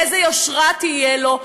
איזו יושרה תהיה לו?